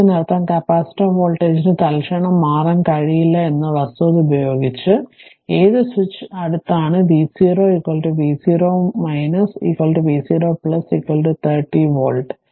അതിനാൽ അതിനർത്ഥം കപ്പാസിറ്റർ വോൾട്ടേജിന് തൽക്ഷണം മാറാൻ കഴിയില്ല എന്ന വസ്തുത ഉപയോഗിച്ച് ഏത് സ്വിച്ച് അടുത്താണ് v0 v0 v0 30 വോൾട്ട്